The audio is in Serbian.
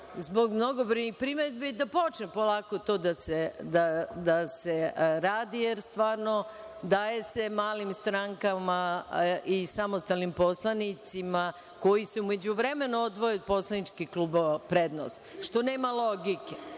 zbog mnogobrojnih primedbi da počne polako to da se radi, jer stvarno se daje malim strankama i samostalnim poslanicima koji se u međuvremenu odvoje od poslaničkih klubova, prednost, što nema logike. Onda